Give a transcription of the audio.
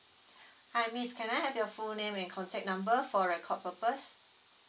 hi miss can I have your full name and contact number for record purpose